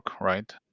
right